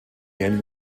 yale